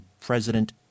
president